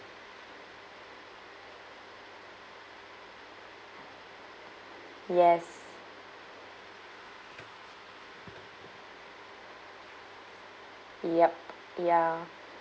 yes yup ya